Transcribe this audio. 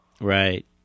Right